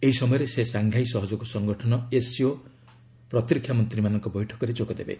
ଏହି ସମୟରେ ସେ ସାଂଘାଇ ସହଯୋଗ ସଂଗଠନ ଏସ୍ସିଓ ପ୍ରତିରକ୍ଷା ମନ୍ତ୍ରୀମାନଙ୍କ ବୈଠକରେ ଯୋଗଦେବେ